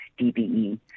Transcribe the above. DBE